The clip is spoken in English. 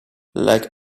like